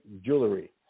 jewelry